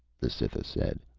the cytha said.